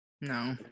No